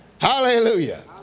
Hallelujah